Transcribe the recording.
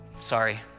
sorry